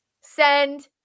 Send